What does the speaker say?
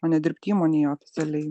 o ne dirbti įmonėje oficialiai